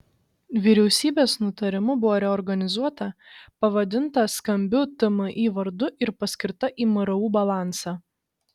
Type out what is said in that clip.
vyriausybės nutarimu buvo reorganizuota pavadinta skambiu tmi vardu ir paskirta į mru balansą